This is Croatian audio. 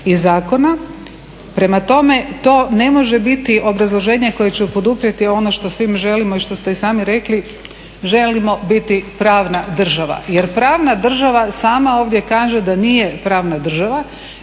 iz zakona, prema tome to ne može biti obrazloženje koje ćemo poduprijeti ono što svi želimo i što se i sami rekli, želimo biti pravna država. Jer pravna država sama ovdje kaže da nije pravna država